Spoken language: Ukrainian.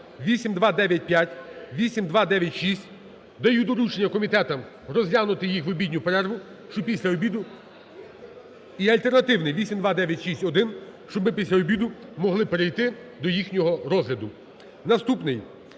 8295, 8296 – даю доручення комітетам розглянути їх в обідню перерву, щоб після обіду… І альтернативний, 8296-1, щоб ми після обіду могли перейти до їхнього розгляду. Наступний.